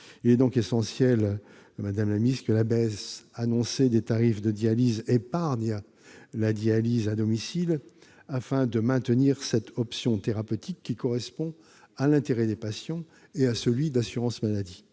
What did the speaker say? Il est donc essentiel, madame la ministre, que la baisse annoncée des tarifs de dialyse épargne la dialyse à domicile, afin de maintenir cette option thérapeutique qui correspond à l'intérêt des patients et à celui de l'assurance maladie.